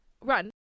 run